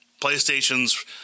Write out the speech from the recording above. PlayStation's